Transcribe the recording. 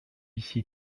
ici